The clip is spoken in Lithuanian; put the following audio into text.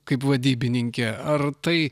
kaip vadybininkė ar tai